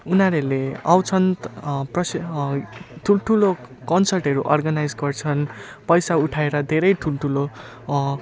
उनीहरूले आउँछन् प्रश ठुल्ठुलो कन्सर्टहरू अर्गनाइज गर्छन् पैसा उठाएर धेरै ठल्ठुलो